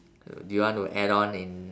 uh do you want to add on in